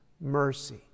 mercy